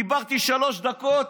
דיברתי שלוש דקות,